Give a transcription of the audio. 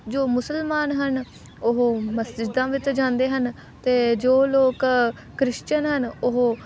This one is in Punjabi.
ਜੋ ਮੁਸਲਮਾਨ ਹਨ ਉਹ ਮਸਜਿਦਾਂ ਵਿੱਚ ਜਾਂਦੇ ਹਨ ਅਤੇ ਜੋ ਲੋਕ ਕ੍ਰਿਸਚਨ ਹਨ ਉਹ